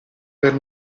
per